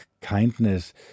kindness